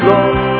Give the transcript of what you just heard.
Lord